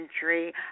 country